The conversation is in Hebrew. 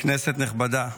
כנסת נכבדה,